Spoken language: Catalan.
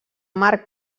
mar